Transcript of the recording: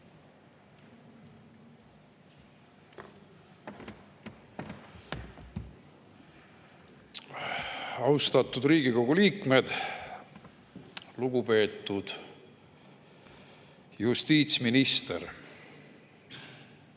Austatud Riigikogu liikmed! Lugupeetud justiitsminister!